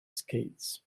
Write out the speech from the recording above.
skates